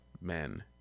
men